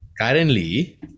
currently